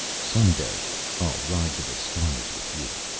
some day i'll ride to the stars with you.